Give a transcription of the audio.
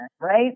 right